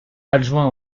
adjoint